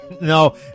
No